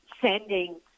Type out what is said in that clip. sending